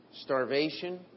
starvation